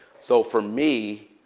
so for me,